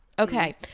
Okay